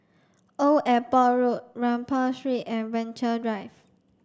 Old Airport Road Rambau Street and Venture Drive